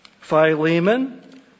Philemon